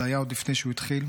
זה היה עוד לפני שהוא התחיל,